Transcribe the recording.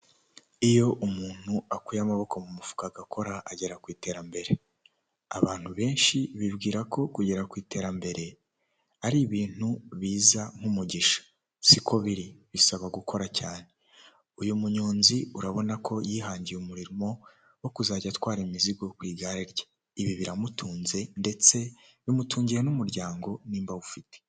Iyo umuntu akuye amaboko mu mufuka agakora agera ku iterambere, abantu benshi bibwira ko kugera ku iterambere ari ibintu biza nk'umugisha. Siko biri bisaba gukora cyane, uyu munyonzi urabona ko yihangiye umurimo wo kuzajya atwara imizigo ku igare rye, ibi biramutunze ndetse bimutungiye n'umuryango nimba awufite.